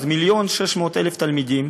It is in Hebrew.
אז מיליון ו-600,000 תלמידים,